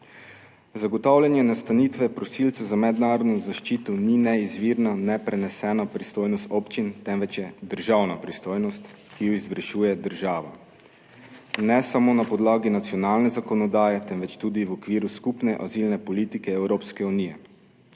Zagotavljanje nastanitve prosilcev za mednarodno zaščito ni ne izvirna, ne prenesena pristojnost občin, temveč je državna pristojnost, ki jo izvršuje država ne samo na podlagi nacionalne zakonodaje, temveč tudi v okviru skupne azilne politike Evropske unije.